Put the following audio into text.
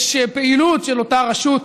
יש פעילות של אותה רשות,